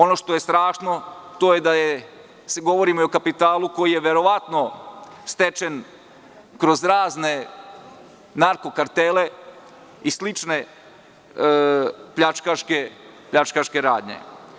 Ono što je strašno, to je da govorimo i o kapitalu koji je verovatno stečen kroz razne narko kartele i slične pljačkaške radnje.